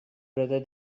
brother